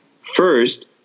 first